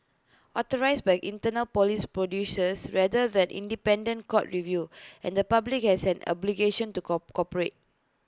authorised by internal Police producers rather than independent court review and the public has an obligation to co corporate